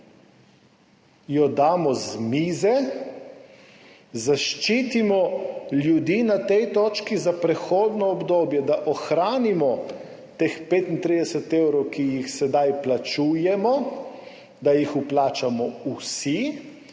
jo damo z mize, na tej točki zaščitimo ljudi za prehodno obdobje, da ohranimo teh 35 evrov, ki jih sedaj plačujemo, da jih vplačamo vsi